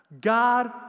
God